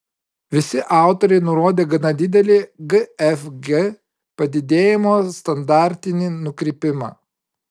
visi autoriai nurodė gana didelį gfg padidėjimo standartinį nukrypimą